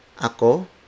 ako